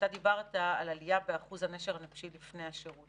אתה דיברת על עלייה באחוז הנשר הנפשי לפני השירות,